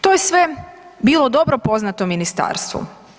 To je sve bilo dobro poznato Ministarstvu.